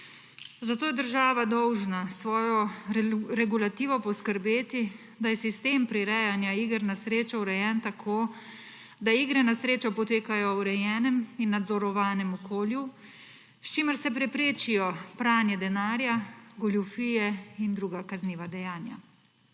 Zato je država dolžna s svojo regulativo poskrbeti, da je sistem prirejanja iger na srečo urejen tako, da igre na srečo potekajo v urejenem in nadzorovanem okolju, s čimer se preprečijo pranje denarja, goljufije in druga kazniva dejanja.